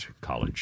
College